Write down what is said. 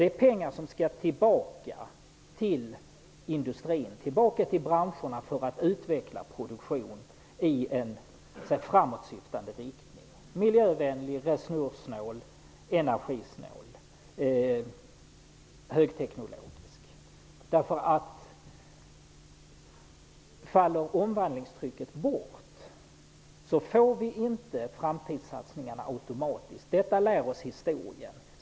Det är pengar som skall tillbaka till industrin, till branscherna, för att utveckla produktion i en framåtsyftande riktning, miljövänlig, resurssnål, energisnål och högteknologisk produktion. Om omvandlingstrycket faller bort får vi inte framtidssatsningarna automatiskt. Detta lär oss historien.